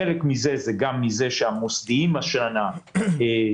חלק מזה נובע גם מכך שהמוסדיים השנה יש